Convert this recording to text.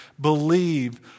believe